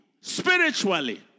spiritually